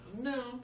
No